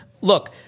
Look